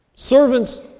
Servants